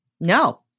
no